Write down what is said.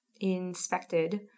inspected